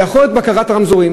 זה יכול להיות בקרת הרמזורים,